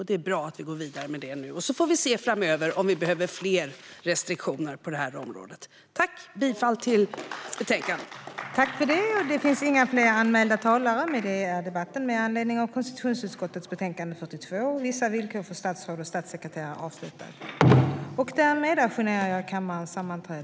Det är bra att vi nu går vidare med detta. Sedan får vi se om vi behöver fler restriktioner på detta område framöver. Jag yrkar bifall till utskottets förslag.